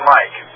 Mike